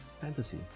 fantasy